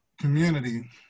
community